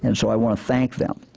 and so i want to thank them.